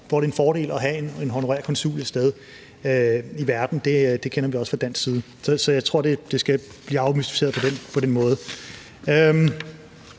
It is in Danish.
hvor det er en fordel at have en honorær konsul et sted i verden. Det kender vi også til fra dansk side. Så jeg tror, det kan blive afmystificeret på den måde.